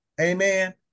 Amen